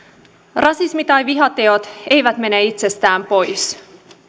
rasismi tai vihateot eivät mene itsestään pois